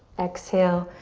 exhale,